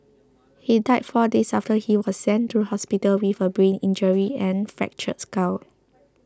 he died four days after he was sent to hospital with a brain injury and fractured skull